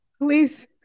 Please